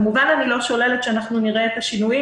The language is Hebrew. כמובן אני לא שוללת שאנחנו נראה שינויים.